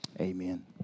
Amen